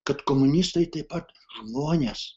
kad komunistai taip pat žmonės